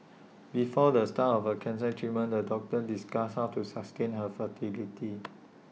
before the start of her cancer treatment the doctors discussed how to sustain her fertility